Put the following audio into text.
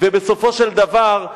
ובסופו של דבר,